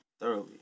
Thoroughly